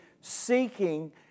seeking